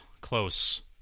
close